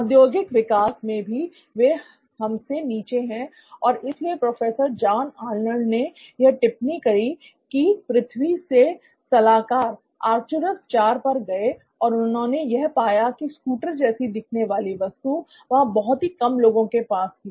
औद्योगिक विकास मैं भी वे हमसे नीचे हैं और इसलिए प्रोफेसर जॉन आर्नल्ड ने यह टिप्पणी करी की पृथ्वी से सलाहकार आर्कटूरूस IV पर गए और उन्होंने यह पाया की स्कूटर जैसी दिखने वाली वस्तु वहां बहुत ही कम लोगों के पास थी